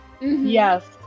Yes